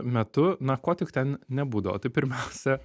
metu na ko tik ten nebūdavo tai pirmiausia